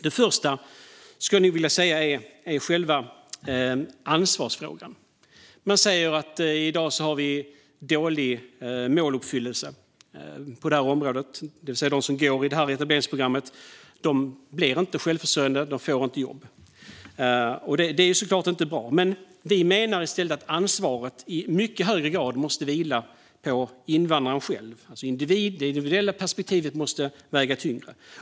Det första är själva ansvarsfrågan. Man säger att vi i dag har dålig måluppfyllelse på det här området. Det vill säga att de som går etableringsprogrammet inte blir självförsörjande och inte får jobb. Det är ju inte bra. Men vi menar att ansvaret i mycket högre grad måste vila på invandraren själv, alltså på individen. Det individuella perspektivet måste väga tyngre.